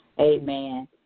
Amen